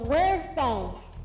Wednesdays